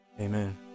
amen